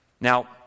Now